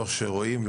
לא שרואים,